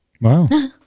wow